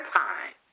time